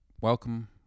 welcome